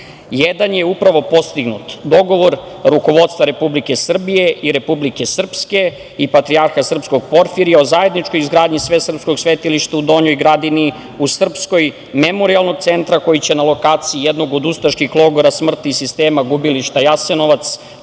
je upravo postignut – dogovor rukovodstva Republike Srbije i Republike Srpske i patrijarha srpskog Porfirija o zajedničkoj izgradnji svesrpskog svetilišta u Donjoj Gradini, srpskom memorijalnog centra koji će na lokaciji jednog od ustaških logora smrti i sistema gubilišta Jasenovac